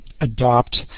adopt